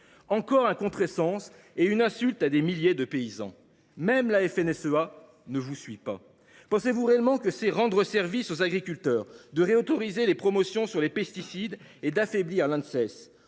Encore un contresens et une insulte à des milliers de paysans ; même la FNSEA ne vous suit pas sur ce chemin. Considérez vous vraiment que c’est rendre service aux agriculteurs que de réautoriser les promotions sur les pesticides et d’affaiblir l’Anses ?